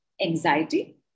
Anxiety